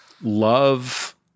love